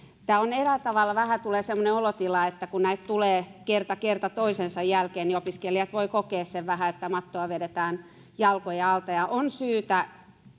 eräällä tavalla tulee vähän semmoinen olotila että kun näitä tulee kerta kerta toisensa jälkeen niin opiskelijat voivat kokea että mattoa vedetään jalkojen alta on